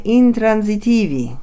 intransitivi